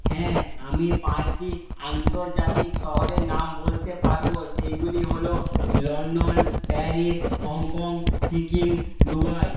হ্যাঁ আমি পাঁচটি আন্তর্জাতিক শহরের নাম বলতে পারবো সেইগুলি হলো London Paris Hong Kong Sikkim Dubai